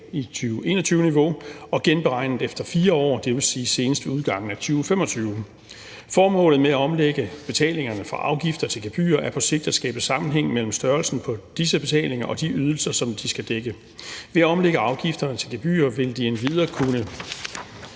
på 2021-niveau, og genberegnet efter 4 år, dvs. senest ved udgangen af 2025. Formålet med at omlægge betalingerne fra afgifter til gebyrer er på sigt at skabe sammenhæng mellem størrelsen på disse betalinger og de ydelser, som de skal dække. Ved at omlægge afgifterne til gebyrer vil de endvidere kunne